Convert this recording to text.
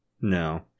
No